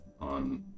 on